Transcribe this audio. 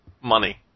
money